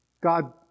God